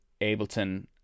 Ableton